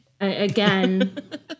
again